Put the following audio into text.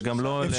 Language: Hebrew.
זה גם לא לעניין.